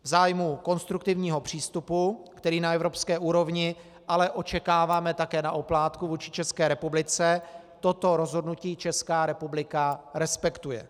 V zájmu konstruktivního přístupu, který na evropské úrovni ale očekáváme také na oplátku vůči České republice, toto rozhodnutí Česká republika respektuje.